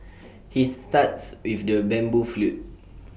he starts with the bamboo flute